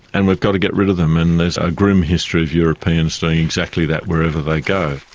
and we've got to get rid of them. and and there's a grim history of europeans doing exactly that wherever they go.